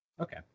Okay